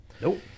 Nope